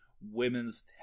women's